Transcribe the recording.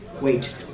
Wait